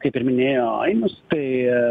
kaip ir minėjo ainius tai